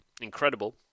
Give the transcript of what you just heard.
Incredible